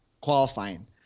qualifying